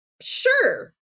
sure